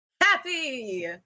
Happy